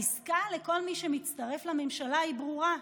העסקה לכל מי שמצטרף לממשלה היא ברורה: